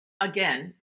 again